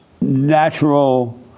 natural